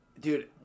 Dude